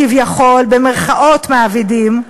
כביכול מעבידים,